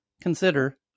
consider